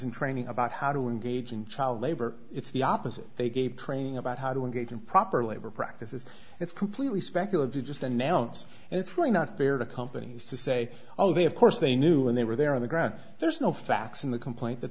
in training about how to engage in child labor it's the opposite they gave training about how to engage in proper labor practices it's completely speculative just announce and it's really not fair to companies to say oh they of course they knew when they were there on the ground there's no facts in the complaint that